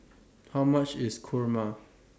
How much IS Kurma